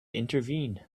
intervene